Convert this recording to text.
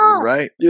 Right